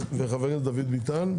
וחבר הכנסת דוד ביטן.